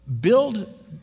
Build